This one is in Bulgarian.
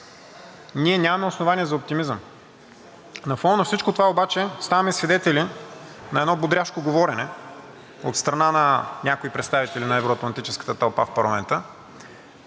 ние нямаме основание за оптимизъм. На фона на всичко това обаче ставаме свидетели на едно бодряшко говорене от страна на някои представители на евро-атлантическата тълпа в парламента